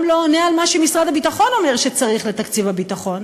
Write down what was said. גם לא עונה על מה שמשרד הביטחון אומר שצריך לתקציב הביטחון,